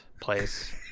place